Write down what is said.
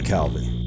Calvin